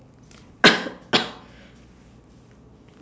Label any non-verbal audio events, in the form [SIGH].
[COUGHS]